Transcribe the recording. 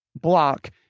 block